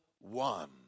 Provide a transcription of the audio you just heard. one